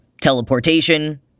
Teleportation